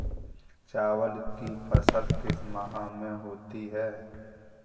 चावल की फसल किस माह में होती है?